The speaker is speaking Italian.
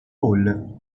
paul